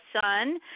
son